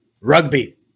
Rugby